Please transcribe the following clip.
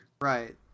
Right